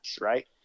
right